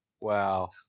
Wow